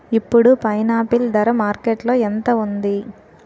ఇప్పుడు పైనాపిల్ ధర మార్కెట్లో ఎంత ఉంది?